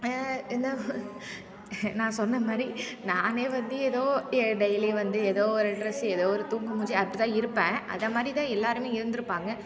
இந்த நான் சொன்னமாதிரி நானே வந்து ஏதோ டெய்லியும் வந்து ஏதோ ஒரு ட்ரெஸ் ஏதோ ஒரு தூங்குமூஞ்சு அப்படிதான் இருப்பேன் அதேமாரி தான் எல்லாருமே இருந்திருப்பாங்க